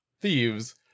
thieves